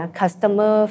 customer